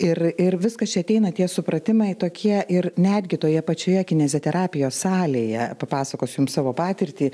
ir ir viskas čia ateina tie supratimai tokie ir netgi toje pačioje kineziterapijos salėje papasakosiu jums savo patirtį